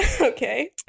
Okay